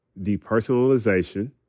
depersonalization